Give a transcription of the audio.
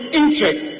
interest